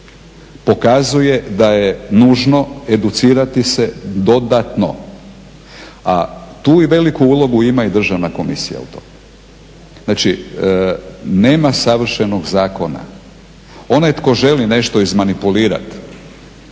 pokazuje da je nužno educirati se dodatno, a tu i veliku ulogu ima i Državna komisija u tome. Znači, nema savršenog zakona. Onaj tko želi nešto izmanipulirati